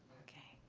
okay.